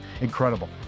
Incredible